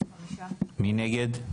מי נגד?